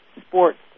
sports